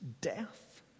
death